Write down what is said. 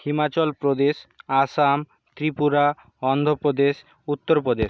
Himachal Pradesh Assam Tripura Andhra Pradesh Uttar Pradesh